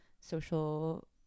social